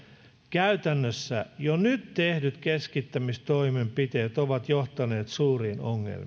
käytännössä jo nyt tehdyt keskittämistoimenpiteet ovat johtaneet suuriin